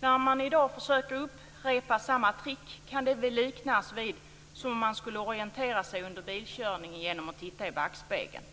När man i dag försöker upprepa samma trick, kan det liknas vid att man skulle orientera sig under bilkörningen genom att titta i backspegeln.